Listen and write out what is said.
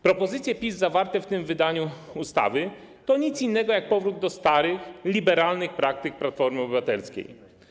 Propozycje PiS zawarte w tym wydaniu ustawy to nic innego jak powrót do starych liberalnych praktyk Platformy Obywatelskiej.